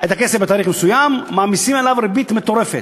את הכסף בתאריך מסוים, מעמיסים עליו ריבית מטורפת.